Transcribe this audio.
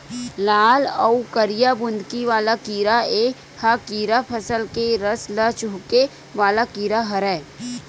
लाल अउ करिया बुंदकी वाला कीरा ए ह कीरा फसल के रस ल चूंहके वाला कीरा हरय